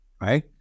right